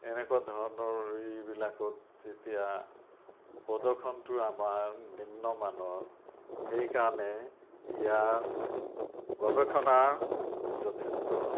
এনেকুৱা ধৰণৰ এইবিলাকত যেতিয়া প্ৰদৰ্শনটো আমাৰ নিম্নমানৰ সেইকাৰণে ইয়াৰ গৱেষণাৰ যথেষ্ট